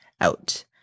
out